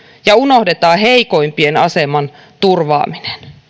ja unohdetaan heikoimpien aseman turvaaminen